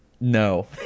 No